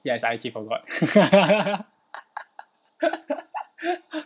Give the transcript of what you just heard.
yes I actually forgot